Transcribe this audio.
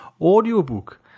audiobook